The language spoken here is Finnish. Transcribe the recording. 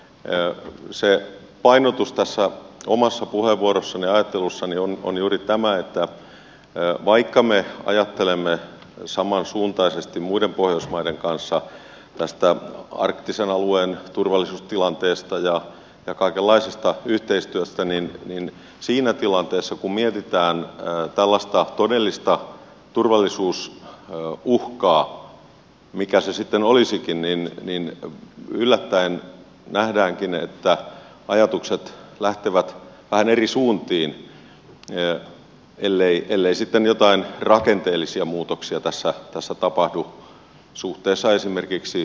mutta se painotus omassa puheenvuorossani ja ajattelussani on juuri tämä että vaikka me ajattelemme samansuuntaisesti muiden pohjoismaiden kanssa tästä arktisen alueen turvallisuustilanteesta ja kaikenlaisesta yhteistyöstä niin siinä tilanteessa kun mietitään tällaista todellista turvallisuusuhkaa mikä se sitten olisikin yllättäen nähdäänkin että ajatukset lähtevät vähän eri suuntiin ellei sitten jotain rakenteellisia muutoksia tässä tapahdu suhteessa esimerkiksi natoon